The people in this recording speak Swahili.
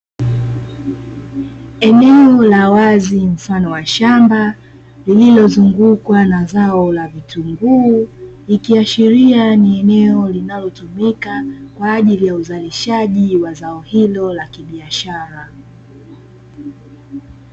Eneo la wazi mfano wa shamba, lililozungukwa na zao la vitunguu, ikiashiria ni eneo linalotumika kwa ajili ya uzalishaji wa zao hilo la kibiashara.